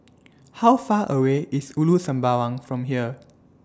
How Far away IS Ulu Sembawang from here